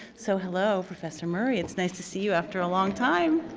so hello, professor murray. it's nice to see you after a long time.